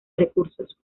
recursos